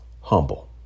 humble